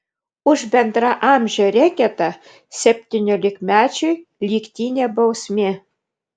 už bendraamžio reketą septyniolikmečiui lygtinė bausmė